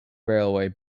railway